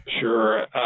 Sure